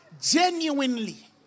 genuinely